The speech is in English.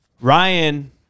Ryan